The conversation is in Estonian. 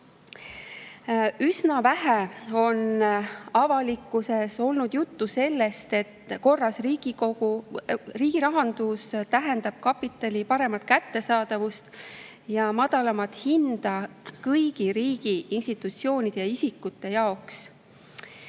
Üsna vähe on avalikkuses olnud juttu sellest, et korras riigirahandus tähendab kapitali paremat kättesaadavust ja madalamat hinda riigi kõigi institutsioonide ja isikute jaoks.